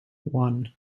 one